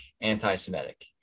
anti-semitic